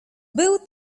był